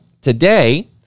today